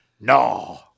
no